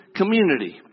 community